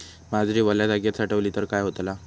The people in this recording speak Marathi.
बाजरी वल्या जागेत साठवली तर काय होताला?